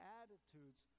attitudes